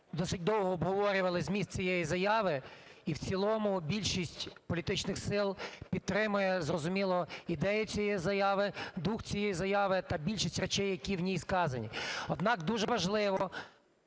досить довго обговорювали зміст цієї заяви, і в цілому більшість політичних сил підтримує, зрозуміло, ідею цієї заяви, дух цієї заяви та більшість речей, які в ній сказані. Однак дуже важливо,